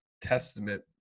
testament